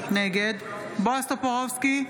נגד בועז טופורובסקי,